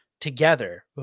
together